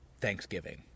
Thanksgiving